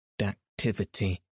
activity